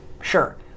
Sure